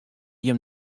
jim